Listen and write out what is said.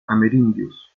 amerindios